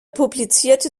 publizierte